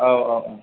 औ औ औ